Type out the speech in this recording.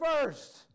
first